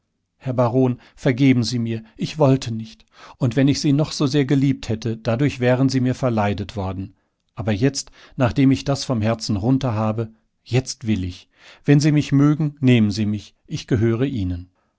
herr baron vergeben sie mir ich wollte nicht und wenn ich sie noch so sehr geliebt hätte dadurch wären sie mir verleidet worden aber jetzt nachdem ich das vom herzen runter habe jetzt will ich wenn sie mich mögen nehmen sie mich ich gehöre ihnen